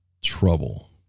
trouble